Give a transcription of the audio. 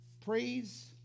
Praise